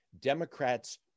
Democrats